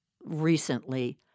recently